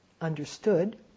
understood